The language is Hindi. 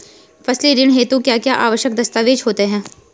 फसली ऋण हेतु क्या क्या आवश्यक दस्तावेज़ होते हैं?